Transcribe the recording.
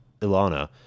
Ilana